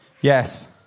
Yes